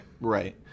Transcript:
Right